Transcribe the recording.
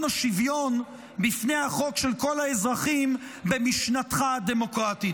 השוויון של כל האזרחים בפני החוק במשנתך הדמוקרטית.